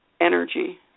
energy